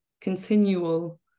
continual